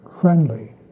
friendly